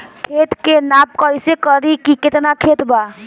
खेत के नाप कइसे करी की केतना खेत बा?